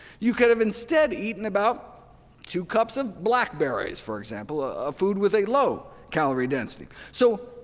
you could have instead eaten about two cups of blackberries, for example, a food with a low calorie density. so,